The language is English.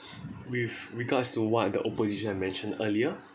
with regards to what the opposition had mentioned earlier